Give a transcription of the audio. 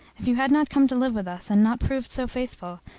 if you had not come to live with us, and not proved so faithful,